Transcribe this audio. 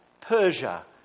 Persia